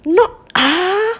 not ah